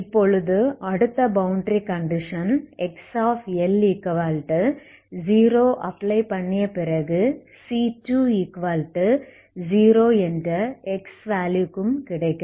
இப்பொழுது அடுத்த boundary condition XL0 apply பண்ணிய பிறகு c20 என்று x வேல்யூக்கும் கிடைக்கிறது